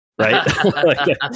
Right